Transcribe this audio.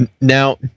Now